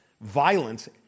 violence